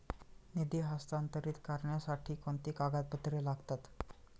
निधी हस्तांतरित करण्यासाठी कोणती कागदपत्रे लागतात?